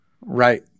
Right